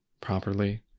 properly